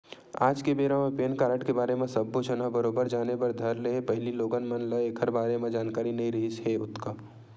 आज के बेरा म पेन कारड के बारे म सब्बो झन ह बरोबर जाने बर धर ले हे पहिली लोगन मन ल ऐखर बारे म जानकारी नइ रिहिस हे ओतका